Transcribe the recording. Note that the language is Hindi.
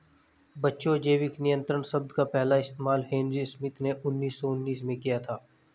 बच्चों जैविक नियंत्रण शब्द का पहला इस्तेमाल हेनरी स्मिथ ने उन्नीस सौ उन्नीस में किया था